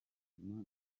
buzima